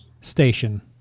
Station